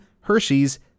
hershey's